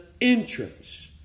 Entrance